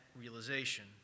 realization